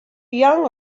young